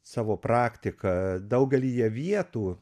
savo praktika daugelyje vietų